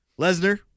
Lesnar